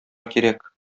кирәк